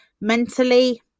mentally